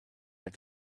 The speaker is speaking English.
had